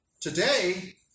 Today